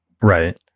Right